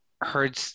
heard